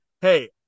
hey